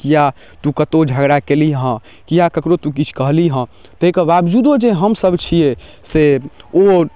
किआ तू कतहुँ झगड़ा कयली हँ किआ ककरो तू किछु कहलही हँ ताहिके बाबजूदो जे हमसब छियै से ओ